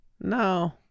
No